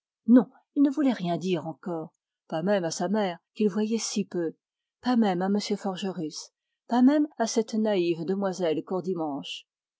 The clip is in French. il ne voulait rien dire pas même à sa mère qu'il voyait si peu pas même à m forgerus pas même à cette naïve demoiselle courdimanche